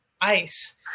ice